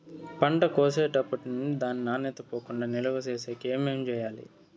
పంట కోసేటప్పటినుండి దాని నాణ్యత పోకుండా నిలువ సేసేకి ఏమేమి చేయాలి?